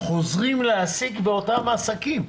חוזרים להעסיק אותם באותם תנאים.